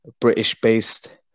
British-based